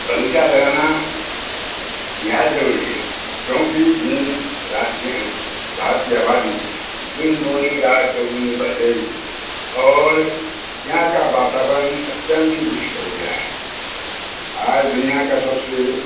बग़ीचा लगाना निहायत ज़रूरी है क्योंकि जिन भारत की आबादी दिन दूनी रात चौगुनी बढ़ गई और यहाँ का वातावरण अत्यंत ही दूषित हो गया है आज दुनिया का सबसे